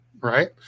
right